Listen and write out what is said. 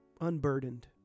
unburdened